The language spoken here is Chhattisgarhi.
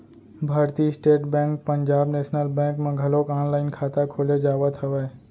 भारतीय State Bank Punjab National Bank म घलोक ऑनलाईन खाता खोले जावत हवय